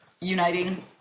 uniting